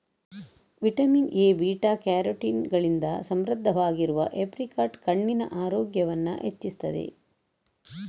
vitamin A, beta carotene ಗಳಿಂದ ಸಮೃದ್ಧವಾಗಿರುವ apricot ಕಣ್ಣಿನ ಆರೋಗ್ಯವನ್ನ ಹೆಚ್ಚಿಸ್ತದೆ